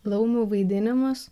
laumių vaidinimus